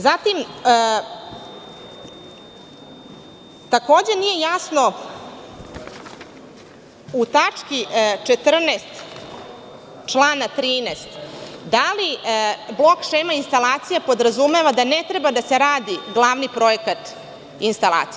Zatim, takođe nije jasno, u tački 14. člana 13. da li blok šema instalacija podrazumeva da ne treba da se radi glavni projekat instalacije?